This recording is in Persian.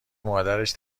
مادرش